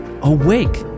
awake